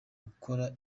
gukora